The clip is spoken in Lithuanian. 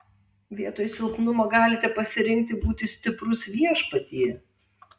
vietoj silpnumo galite pasirinkti būti stiprus viešpatyje